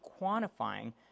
quantifying